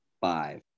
five